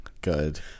Good